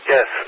Yes